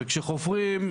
וכשחופרים,